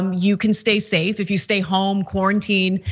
um you can stay safe if you stay home, quarantine.